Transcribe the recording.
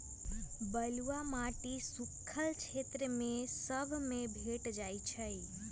बलुआ माटी सुख्खल क्षेत्र सभ में भेंट जाइ छइ